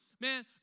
man